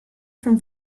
from